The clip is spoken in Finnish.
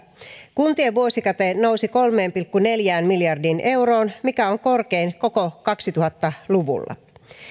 kuntien vuosikate nousi kolmeen pilkku neljään miljardiin euroon mikä on korkein koko kaksituhatta luvulla